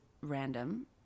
random